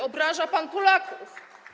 Obraża pan Polaków.